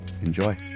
Enjoy